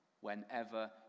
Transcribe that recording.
whenever